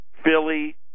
Philly